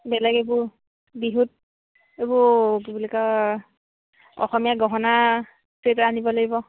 বেলেগ এইবোৰ বিহুত এইবোৰ কি বুলি কয় অসমীয়া গহনা চেট আনিব লাগিব